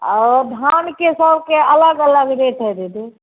आओर धानके सभके अलग अलग रेट हइ दीदी